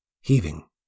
heaving